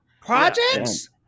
Projects